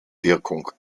wirkung